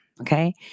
Okay